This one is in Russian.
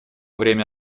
время